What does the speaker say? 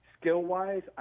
Skill-wise